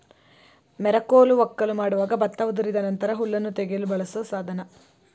ಮೆರಕೋಲು ವಕ್ಕಲು ಮಾಡುವಾಗ ಭತ್ತ ಉದುರಿದ ನಂತರ ಹುಲ್ಲನ್ನು ತೆಗೆಯಲು ಬಳಸೋ ಸಾಧನ